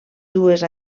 dues